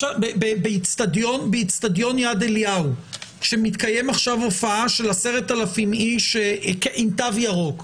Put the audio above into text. באצטדיון יד אליהו מתקיימת הופעה עם 10,000 אנשים עם תו ירוק.